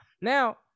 Now